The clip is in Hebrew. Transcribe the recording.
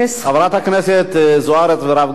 חברת הכנסת זוארץ והרב גפני,